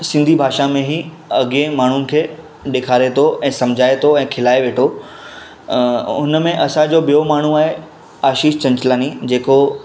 सिंधी भाषा में ई अॻे माण्हू खे ॾेखारे थो ऐं समुझाए थो ऐं खिलाए वेठो उन में असांजो ॿियो माण्हू आहे आशीष चंचलाणी जेको